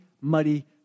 muddy